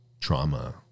trauma